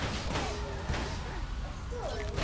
a pedal, a so